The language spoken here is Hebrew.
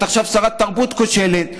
ואת עכשיו שרת התרבות כושלת.